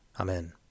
Amen